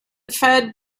fed